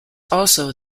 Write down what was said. also